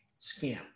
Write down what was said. scam